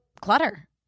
clutter